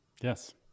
Yes